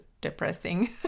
depressing